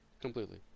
Completely